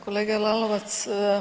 Kolega Lalovac.